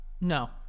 No